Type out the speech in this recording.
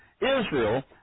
Israel